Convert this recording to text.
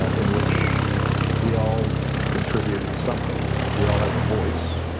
ah in which we all contribute something, we all have a voice.